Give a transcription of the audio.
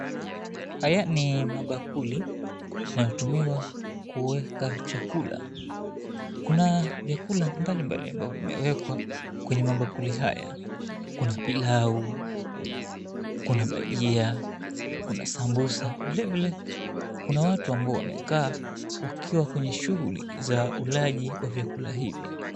Haya ni mabakuli yanayo tumiwa kuweka chakula. Kuna vyakula mbali mbali ambavyo vimewekwa kwenye mabakuli haya. Kuna pilau ,kuna bajia kuna sambusa. Vile vile, kuna watu ambao wamekaa wakiwa kwenye shughuli za ulaji wa chakula hicho.